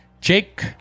Jake